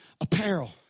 apparel